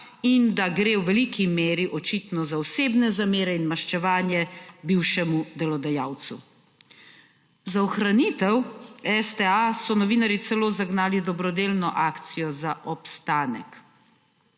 in da gre v veliki meri očitno za osebne zamere in maščevanje bivšemu delodajalcu. Za ohranitev STA so novinarji celo zagnali dobrodelno akcijo za obstanek.